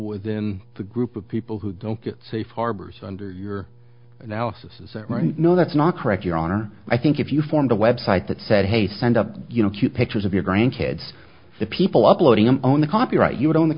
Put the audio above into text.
within the group of people who don't get safe harbors under your analysis is that right no that's not correct your honor i think if you formed a website that said hey send up you know cute pictures of your grandkids to people uploading and own the copyright you